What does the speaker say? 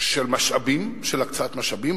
של הקצאת משאבים.